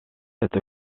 cette